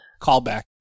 callback